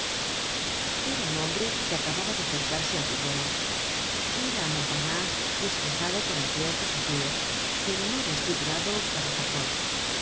era un hombre que acababa de acercarse al pihuelo era montparnase disfrazado con anteojos azules pero no desfigurado para